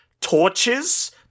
torches